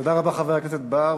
תודה רבה, חבר הכנסת בר.